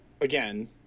again